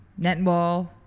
netball